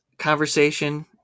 Conversation